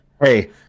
Hey